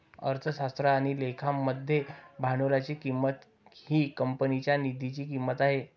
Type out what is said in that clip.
अर्थशास्त्र आणि लेखा मध्ये भांडवलाची किंमत ही कंपनीच्या निधीची किंमत आहे